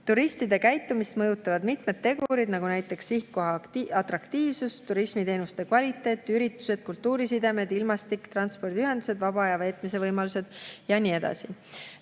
Turistide käitumist mõjutavad mitmed tegurid, nagu sihtkoha atraktiivsus, turismiteenuste kvaliteet, üritused, kultuurisidemed, ilmastik, transpordiühendused, vaba aja veetmise võimalused ja nii edasi.